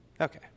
Okay